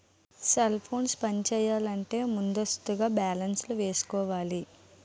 cell ఫోన్లు పనిచేయాలంటే ముందస్తుగా బ్యాలెన్స్ వేయించుకోవాలి